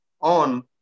on